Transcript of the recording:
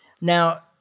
Now